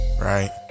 right